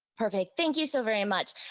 perfect, thank you so very much.